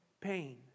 pain